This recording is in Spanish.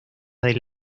del